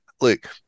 Look